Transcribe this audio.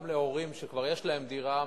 גם להורים שכבר יש להם דירה.